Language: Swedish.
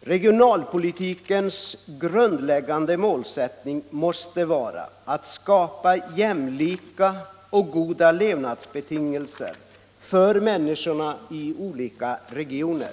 Regionalpolitikens grundläggande målsättning måste vara att skapa jämlika och goda levnadsbetingelser för människorna i olika regioner.